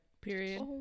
period